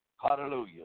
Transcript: Hallelujah